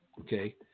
Okay